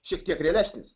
šiek tiek realesnis